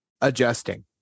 adjusting